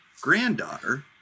granddaughter